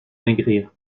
maigrir